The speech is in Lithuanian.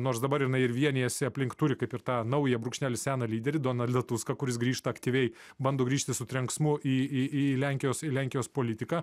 nors dabar jinai ir vienijasi aplink turi kaip ir tą naują brūkšnelis seną lyderį donaldą tuską kuris grįžta aktyviai bando grįžti su trenksmu į į į lenkijos į lenkijos politiką